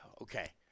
okay